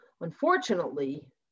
Unfortunately